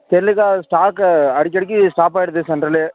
தெர்யலக்கா ஸ்டாக்க அடிக்கி அடிக்கி ஸ்டாப் ஆகிடுது சென்ட்டர்லயே